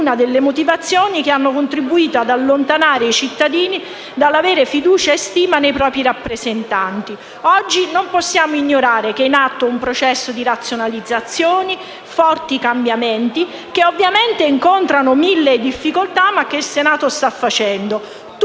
una delle motivazioni che hanno contribuito ad allontanare i cittadini dall'avere fiducia e stima nei propri rappresentati. Oggi non possiamo ignorare che sia in atto un processo di razionalizzazioni e forti cambiamenti che ovviamente incontrano mille difficoltà ma che il Senato sta portando